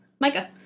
Micah